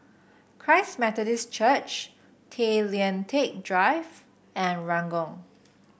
Christ Methodist Church Tay Lian Teck Drive and Ranggung